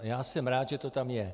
A já jsem rád, že to tam je.